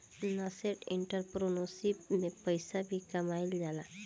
nascent entrepreneurship में पइसा भी कामयिल जाला